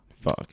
Fuck